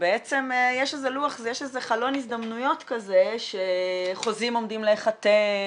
שבעצם יש איזה חלון הזדמנויות כזה שחוזים עומדים להיחתם